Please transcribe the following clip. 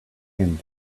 and